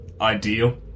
ideal